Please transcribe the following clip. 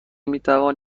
میتوان